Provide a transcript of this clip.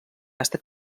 estat